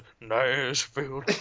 Nashville